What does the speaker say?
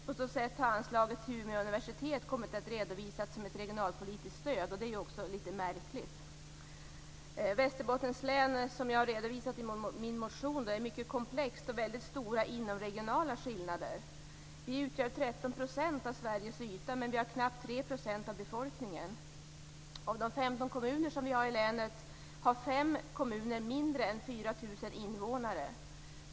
På så sätt har anslaget till Umeå universitet kommit att redovisas som ett regionalpolitiskt stöd, och det är ju litet märkligt. Som jag har redovisat i min motion är Västerbottens län mycket komplext med mycket stora inomregionala skillnader. Vi utgör 13 % av Sveriges yta men har knappt 3 % av befolkningen. Av de 15 kommuner som vi har i länet har 5 kommuner mindre än 4 000 invånare.